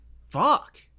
Fuck